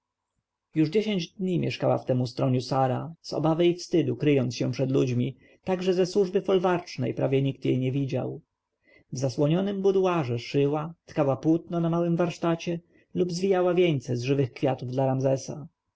już dziesięć dni mieszkała w tem ustroniu sara z obawy i wstydu kryjąc się przed ludźmi tak że ze służby folwarcznej prawie nikt jej nie widział w zasłoniętym buduarze szyła tkała płótno na małym warsztacie lub zwijała wieńce z żywych kwiatów dla ramzesa